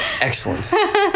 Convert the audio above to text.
Excellent